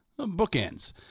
Bookends